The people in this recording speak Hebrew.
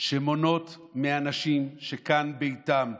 שמונעות מאנשים שכאן ביתם,